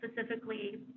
specifically